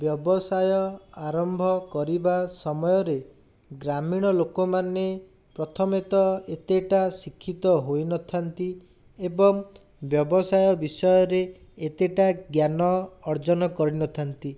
ବ୍ୟବସାୟ ଆରମ୍ଭ କରିବା ସମୟରେ ଗ୍ରାମୀଣ ଲୋକମାନେ ପ୍ରଥମତଃ ଏତେଟା ଶିକ୍ଷିତ ହୋଇନଥାନ୍ତି ଏବଂ ବ୍ୟବସାୟ ବିଷୟରେ ଏତେଟା ଜ୍ଞାନ ଅର୍ଜନ କରିନଥାନ୍ତି